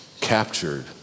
captured